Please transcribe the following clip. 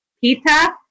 Pita